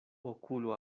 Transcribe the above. okulo